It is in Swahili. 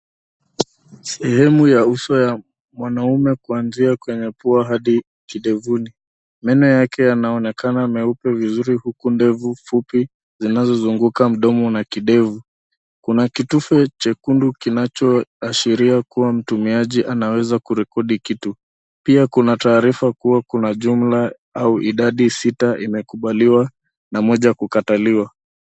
Sehemu ya uso ya mwanaume kuanzia kwenye pua hadi kidevuni. Meno yake yanaonekana meupe vizuri, huku ndevu fupi zinazozunguka mdomo na kidevu. Kuna kitufe chekundu kinachoashiria kuwa mtumiaji anaweza kurekodi kitu, pia kuna taarifa kuwa kuna jumla au idadi sita imekubaliwa na moja kukataliwa.